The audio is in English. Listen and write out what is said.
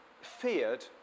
feared